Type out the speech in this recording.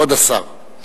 כבוד השר.